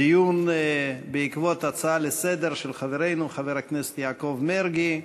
דיון בעקבות הצעה לסדר-היום של חברנו חבר הכנסת יעקב מרגי.